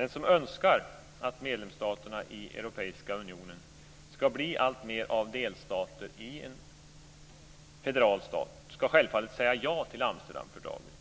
Den som önskar att medlemsstaterna i Europeiska unionen skall bli alltmer av delstater i en federal stat skall självfallet säga ja till Amsterdamfördraget.